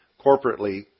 Corporately